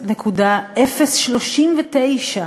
0.039